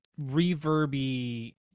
reverby